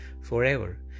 forever